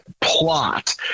plot